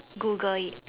Google it